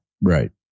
Right